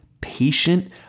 patient